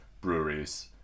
breweries